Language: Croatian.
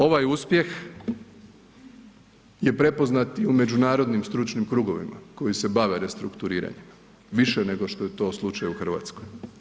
Ovaj uspjeh je prepoznat i u međunarodnim stručnim krugovima koji se bave restrukturiranjem više nego što je to slučaj u Hrvatskoj.